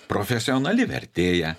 profesionali vertėja